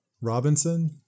Robinson